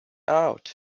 out